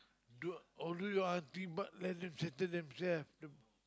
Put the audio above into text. do although your auntie but let them settle themself